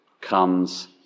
comes